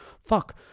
fuck